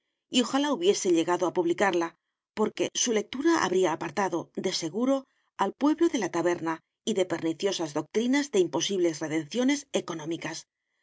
y ojalá hubiese llegado a publicarla porque su lectura habría apartado de seguro al pueblo de la taberna y de perniciosas doctrinas de imposibles redenciones económicas